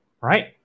right